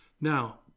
Now